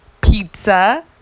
pizza